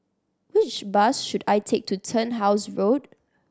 which bus should I take to Turnhouse Road